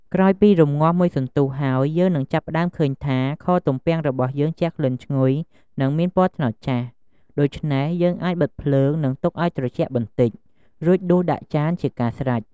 ក្រោយពីរំងាស់មួយសន្ទុះហើយ យើងនឹងចាប់ផ្ដើមឃើញថា ខទំំពាំងរបស់យើងជះក្លិនឈ្ងុយ និងមានពណ៌ត្នោតចាស់ ដូច្នេះ យើងអាចបិទភ្លើង និងទុកឱ្យត្រចាក់បន្តិច រួចដួសដាក់ចានជាការស្រេច។